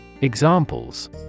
Examples